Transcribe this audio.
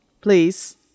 please